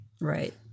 Right